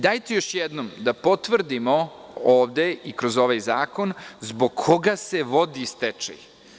Dajte još jednom da potvrdimo ovde i kroz ovaj zakon zbog koga se vodi stečaj.